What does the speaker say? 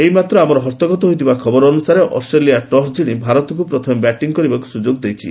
ଏଇମାତ୍ର ଆମର ହସ୍ତଗତ ହୋଇଥିବା ଖବର ଅନୁସାରେ ଅଷ୍ଟ୍ରେଲିଆ ଟସ୍ ଜିଣି ଭାରତକୁ ପ୍ରଥମେ ବ୍ୟାଟିଂ କରିବାକୁ ସୁଯୋଗ ଦେଇଛି